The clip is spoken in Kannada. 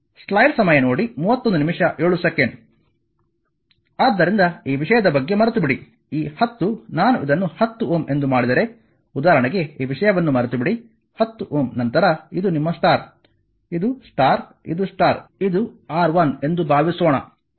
ಆದ್ದರಿಂದ ಈ ವಿಷಯದ ಬಗ್ಗೆ ಮರೆತುಬಿಡಿ ಈ 10 ನಾನು ಇದನ್ನು 10 Ω ಎಂದು ಮಾಡಿದರೆ ಉದಾಹರಣೆಗೆ ಈ ವಿಷಯವನ್ನು ಮರೆತುಬಿಡಿ 10 Ω ನಂತರ ಇದು ನಿಮ್ಮ ಸ್ಟಾರ್ ಇದು ಸ್ಟಾರ್ ಇದು ಸ್ಟಾರ್ ಇದು R1 ಎಂದು ಭಾವಿಸೋಣ